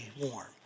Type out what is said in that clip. warm